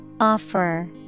Offer